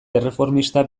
erreformista